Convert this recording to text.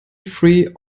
free